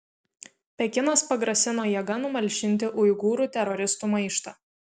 pekinas pagrasino jėga numalšinti uigūrų teroristų maištą